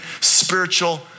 spiritual